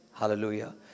Hallelujah